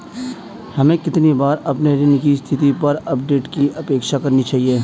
हमें कितनी बार अपने ऋण की स्थिति पर अपडेट की अपेक्षा करनी चाहिए?